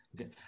Okay